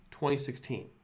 2016